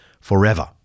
forever